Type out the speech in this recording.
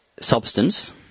substance